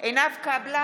עינב קאבלה,